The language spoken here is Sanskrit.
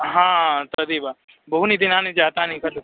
हा तदेव बहूनि दिनानि जातानि खलु